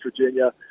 Virginia